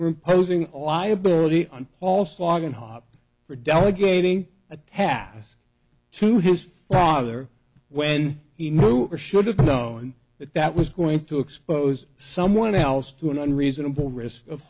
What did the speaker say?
we're imposing a liability on paul saw that hot for delegating a task to his father when he knew or should have known that that was going to expose someone else to an unreasonable risk of